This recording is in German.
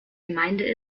gemeinde